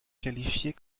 qualifiée